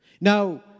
Now